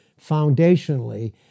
foundationally